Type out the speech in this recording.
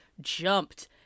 jumped